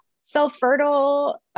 Self-fertile